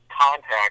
Contact